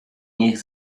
niech